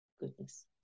goodness